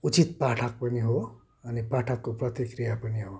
उचित पाठक पनि हो अनि पाठकको प्रतिक्रिया पनि हो